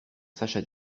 sacha